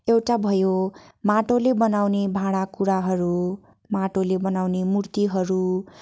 एउटा भयो माटोले बनाउने भाँडाकुँडाहरू माटोले बनाउने मूर्तिहरू